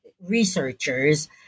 researchers